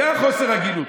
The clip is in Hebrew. זה חוסר ההגינות.